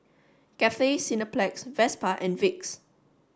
Cathay Cineplex Vespa and Vicks